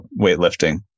weightlifting